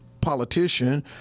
politician